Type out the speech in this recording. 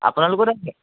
আপোনালোকৰ তাতে